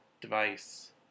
device